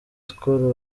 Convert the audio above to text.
skol